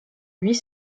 huit